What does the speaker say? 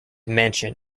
mansion